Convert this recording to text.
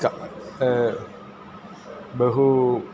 क बहु